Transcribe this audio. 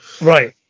Right